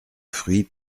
fruits